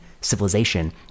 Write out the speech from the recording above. civilization